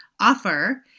offer